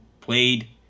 played